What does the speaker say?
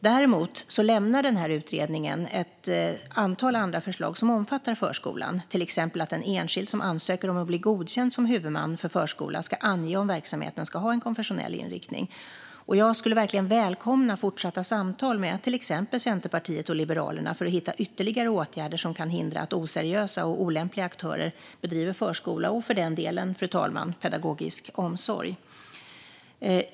Däremot lämnar utredningen ett antal andra förslag som omfattar förskolan, till exempel att en enskild som ansöker om att bli godkänd som huvudman för förskola ska ange om verksamheten ska ha en konfessionell inriktning. Jag skulle verkligen välkomna fortsatta samtal med till exempel Centerpartiet och Liberalerna för att hitta ytterligare åtgärder som kan hindra att oseriösa och olämpliga aktörer bedriver förskola och, för den delen, fru talman, pedagogisk omsorg.